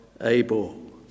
Abel